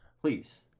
Please